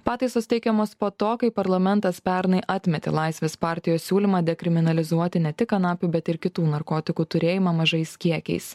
pataisos teikiamos po to kai parlamentas pernai atmetė laisvės partijos siūlymą dekriminalizuoti ne tik kanapių bet ir kitų narkotikų turėjimą mažais kiekiais